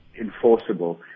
enforceable